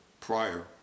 prior